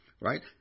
Right